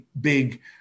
big